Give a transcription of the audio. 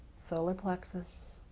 solar plexus.